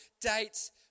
dates